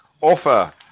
offer